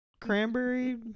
cranberry